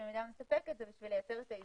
"במידה מספקת", זה כדי לייצר את האיזון.